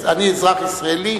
אני אזרח ישראלי,